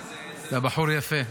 אתה בחור יפה.